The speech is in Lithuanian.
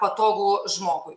patogu žmogui